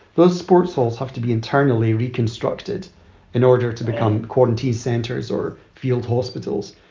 those sports halls have to be internally reconstructed in order to become quarantine centers or field hospitals.